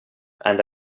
and